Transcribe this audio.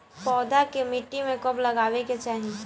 पौधा के मिट्टी में कब लगावे के चाहि?